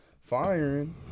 firing